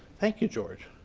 thank you, george.